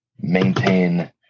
maintain